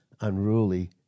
unruly